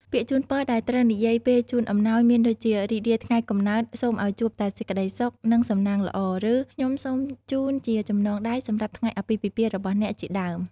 ពាក្យជូនពរដែលត្រូវនិយាយពេលជូនអំណោយមានដូចជា "រីករាយថ្ងៃកំណើត សូមឲ្យជួបតែសេចក្ដីសុខ និងសំណាងល្អ" ឬ "ខ្ញុំសូមជូនជាចំណងដៃសម្រាប់ថ្ងៃអាពាហ៍ពិពាហ៍របស់អ្នក" ជាដើម។